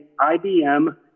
IBM